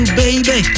baby